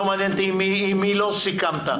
לא מעניין עם מי לא סיכמת.